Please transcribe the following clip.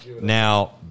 Now